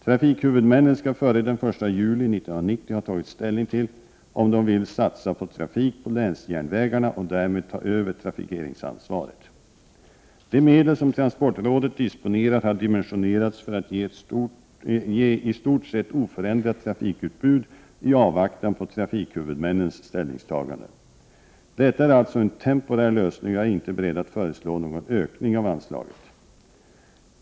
Trafikhuvudmännen skall före den 1 juli 1990 ha tagit ställning till om de vill satsa på trafik på länsjärnvägarna och därmed ta över trafikeringsansvaret. De medel som transportrådet disponerar har dimensionerats för att ge i stort sett oförändrat trafikutbud i avvaktan på trafikhuvudmännens ställningstagande. Detta är alltså en temporär lösning och jag är inte beredd att föreslå någon ökning av anslaget.